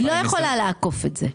היא לא יכולה לעקוף את המועדים,